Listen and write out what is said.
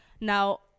Now